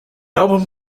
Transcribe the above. album